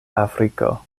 afriko